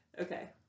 Okay